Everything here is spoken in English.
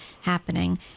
happening